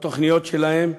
בתוכניות שלהם,